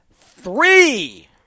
Three